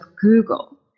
Google